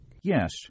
Yes